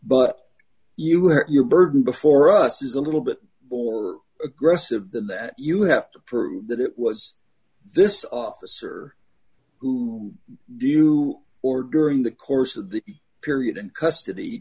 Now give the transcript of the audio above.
but you have your burden before us is a little bit more aggressive than that you have to prove that it was this officer who do or during the course of the period in custody